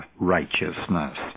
righteousness